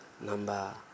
number